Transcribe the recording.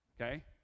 okay